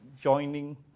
joining